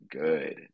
good